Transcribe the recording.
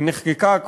היא נחקקה,